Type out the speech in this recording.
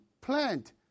Plant